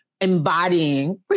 embodying